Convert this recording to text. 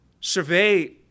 survey